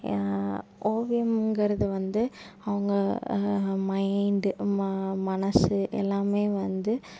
ஓவியங்கிறது வந்து அவங்க மைண்ட் ம மனது எல்லாமே வந்து